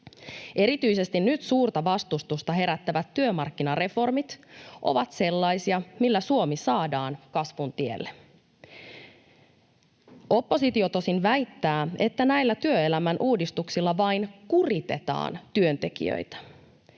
Erityisesti nyt suurta vastustusta herättävät työmarkkinareformit ovat sellaisia, millä Suomi saadaan kasvun tielle. Oppositio tosin väittää, että näillä työelämän uudistuksilla vain kuritetaan työntekijöitä.